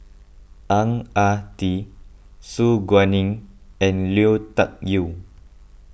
Ang Ah Tee Su Guaning and Lui Tuck Yew